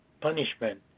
punishment